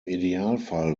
idealfall